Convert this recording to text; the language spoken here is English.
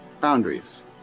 boundaries